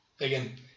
again